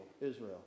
Israel